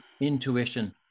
intuition